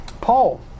Paul